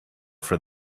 for